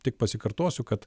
tik pasikartosiu kad